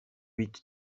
huit